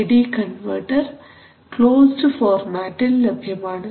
A D converter codes ഫോർമാറ്റിൽ ലഭ്യമാണ്